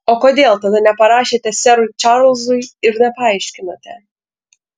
o kodėl tada neparašėte serui čarlzui ir nepaaiškinote